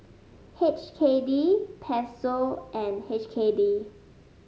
H K D Peso and H K D